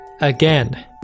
again